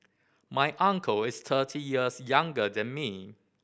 my uncle is thirty years younger than me